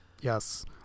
Yes